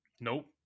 Nope